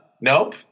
nope